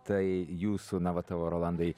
tai jūsų na va tavo rolandai